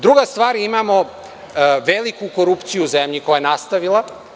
Druga stvar, imamo veliku korupciju u zemlji koja je nastavila.